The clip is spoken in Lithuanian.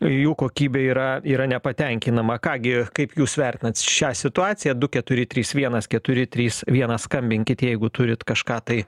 jų kokybė yra yra nepatenkinama ką gi kaip jūs vertinat šią situaciją du keturi trys vienas keturi trys vienas skambinkit jeigu turit kažką tai